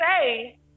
say